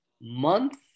month